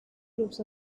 groups